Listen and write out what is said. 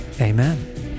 amen